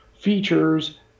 features